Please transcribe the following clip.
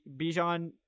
Bijan